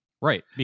Right